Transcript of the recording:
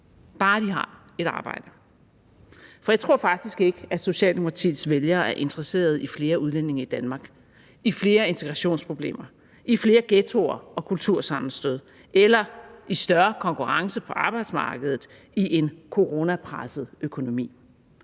bare de har et arbejde. Jeg tror faktisk ikke, at Socialdemokratiets vælgere er interesseret i flere udlændinge i Danmark, i flere integrationsproblemer, i flere ghettoer og kultursammenstød eller i større konkurrence på arbejdsmarkedet i en coronapresset økonomi.